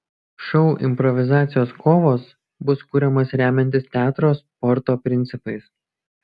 šou improvizacijos kovos bus kuriamas remiantis teatro sporto principais